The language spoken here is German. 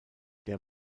der